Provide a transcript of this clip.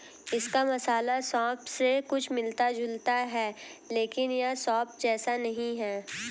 इसका मसाला सौंफ से कुछ मिलता जुलता है लेकिन यह सौंफ जैसा नहीं है